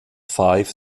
five